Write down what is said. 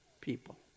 people